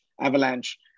Avalanche